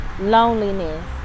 loneliness